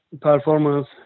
performance